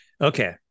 Okay